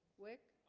wick